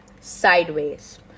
sideways